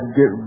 get